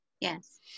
Yes